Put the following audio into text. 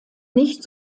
nicht